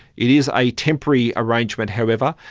it is a temporary arrangement however.